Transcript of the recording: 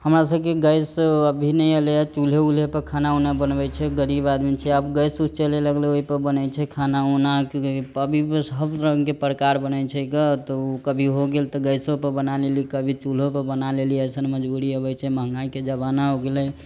हमरा सबके गैस अभी नहि एलै हँ चूल्हे उल्हे पर खाना उना बनबै छियै गरीब आदमी छियै आब गैस उस चले लगलै ओहि पर बनै छै खाना उना के अभी बस हर रंग के प्रकार बनै छै तऽ कभी हो गेल तऽ गैसो पर बना लेली कभी चूल्हो पर बना लेली एसन मजबूरी अबै छै महँगाई के जमाना हो गेलै